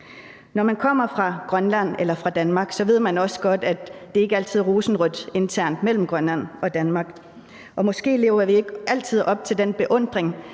Når man kommer fra Grønland eller fra Danmark, ved man også godt, at det ikke altid er rosenrødt internt mellem Grønland og Danmark, og måske lever vi ikke altid op til den beundring.